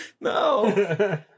no